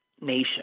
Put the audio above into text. nation